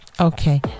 Okay